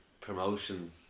promotion